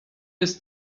jest